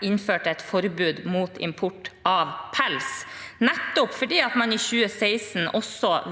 innførte et forbud mot import av pels, fordi man i 2016